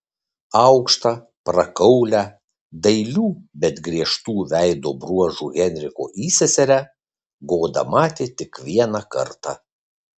aukštą prakaulią dailių bet griežtų veido bruožų henriko įseserę goda matė tik vieną kartą